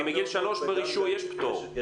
כי מגיל שלוש ברישוי יש פטור.